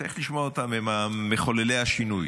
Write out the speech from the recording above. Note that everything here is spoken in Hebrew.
צריך לשמוע אותם, הם מחוללי השינוי.